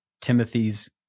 Timothy's